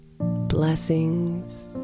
Blessings